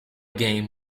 game